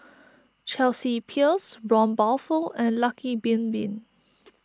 Chelsea Peers Braun Buffel and Lucky Bin Bin